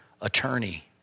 attorney